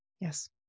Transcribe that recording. Yes